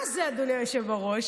מה זה, אדוני היושב בראש?